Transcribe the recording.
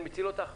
אני מציל אותך?